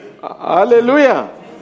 Hallelujah